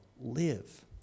live